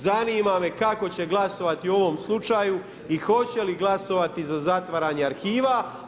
Zanima me kako će glasovati u ovom slučaju i hoće li glasovati za zatvaranje arhiva.